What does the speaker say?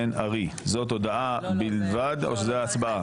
בן ארי זאת הודעה בלבד או שזה הצבעה?